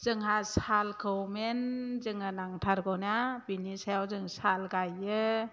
जोंहा सालखौ मेन जोंनो नांथारगौना बिनि सायाव जों साल गायो